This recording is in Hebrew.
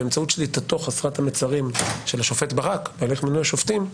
באמצעות שליטתו חסרת המצרים של השופט ברק בהליך מינוי השופטים,